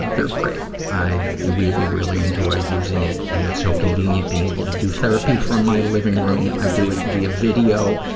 they're great. i really, really enjoy using it, and it's so convenient, being able to do therapy from my living room. i do it via video.